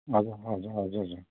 हजुर हजुर हजुर